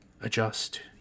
adjust